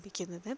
ലഭിക്കുന്നത്